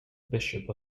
bishop